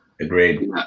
Agreed